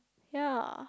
yeah